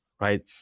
right